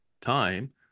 time